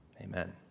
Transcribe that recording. Amen